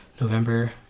November